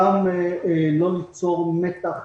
גם לא ליצור מתח